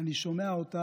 אני שומע אותך,